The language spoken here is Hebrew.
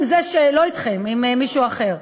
אני מתווכחת עם זה, לא אתכם, עם מישהו אחר.